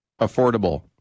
affordable